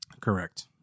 Correct